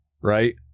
right